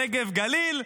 נגב וגליל,